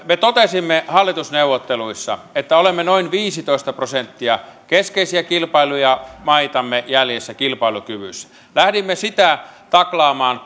me totesimme hallitusneuvotteluissa että olemme noin viisitoista prosenttia keskeisiä kilpailijamaitamme jäljessä kilpailukyvyssä lähdimme sitä taklaamaan